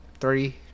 Three